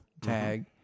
tag